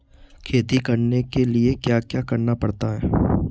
खेती करने के लिए क्या क्या करना पड़ता है?